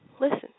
listen